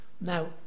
Now